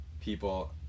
people